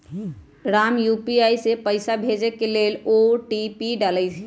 Ram UPI से पइसा भेजे के लेल ओ.टी.पी डाललई